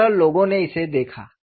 इस तरह लोगों ने इसे देखा